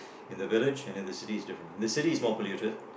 in the village and the city is different in the city is more polluted